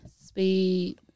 Speed